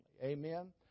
Amen